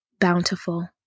bountiful